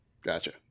gotcha